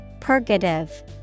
Purgative